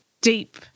deep